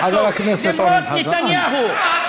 למרות נתניהו,